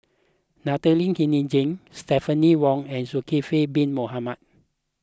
Natalie Hennedige Stephanie Wong and Zulkifli Bin Mohamed